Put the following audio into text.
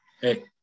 Hey